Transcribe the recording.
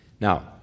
Now